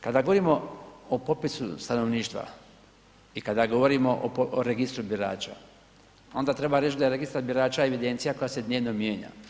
Kada govorimo o popisu stanovništva i kada govorimo o registru birača, onda treba reći daje registar birača evidencija koja se dnevno mijenja.